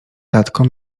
tatko